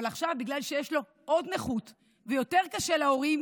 אבל עכשיו בגלל שיש לו עוד נכות ויותר קשה להורים,